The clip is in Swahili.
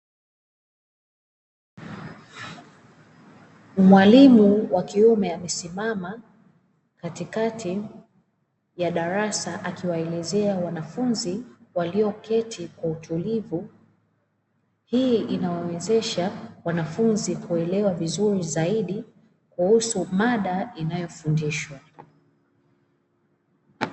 Mwalimu wa kiume, amesimama katikati ya darasa akiwaelezea wanafunzi walioketi kwa utulivu. Hii inawezesha wanafunzi kuelewa vizuri zaidi kuhusu mada inayofundishwa.